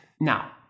Now